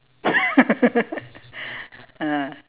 ah